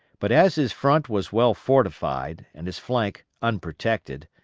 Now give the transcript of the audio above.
but as his front was well fortified, and his flank unprotected,